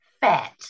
fat